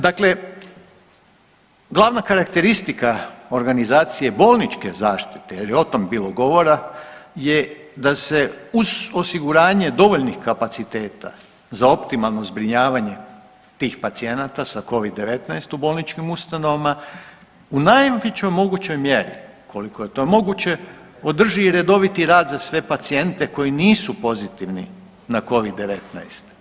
Dakle, glavna karakteristika organizacije bolničke zaštite jer je o tom bilo govora je da se uz osiguranje dovoljnih kapaciteta za optimalno zbrinjavanje tih pacijenata sa covid-19 u bolničkim ustanovama u najvećoj mogućoj mjeri, koliko je to moguće, održi redoviti rad za sve pacijente koji nisu pozitivni na covid-19.